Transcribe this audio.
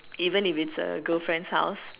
even if it's a girl friend's house